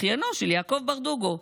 אחיינו של יעקב ברדוגו,